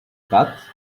cat